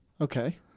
Okay